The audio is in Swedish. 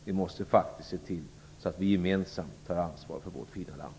Vi måste faktiskt se till att vi gemensamt tar ansvar för vårt fina land.